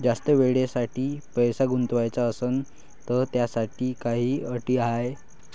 जास्त वेळेसाठी पैसा गुंतवाचा असनं त त्याच्यासाठी काही अटी हाय?